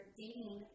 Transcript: dating